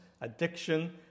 addiction